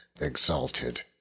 exalted